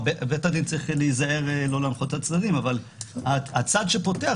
בית הדין צריך להיזהר לא להנחות את הצדדים אבל הצד שפותח